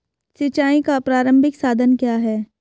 सिंचाई का प्रारंभिक साधन क्या है?